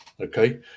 Okay